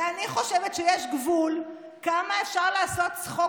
ואני חושבת שיש גבול כמה אפשר לעשות צחוק